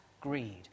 greed